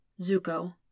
Zuko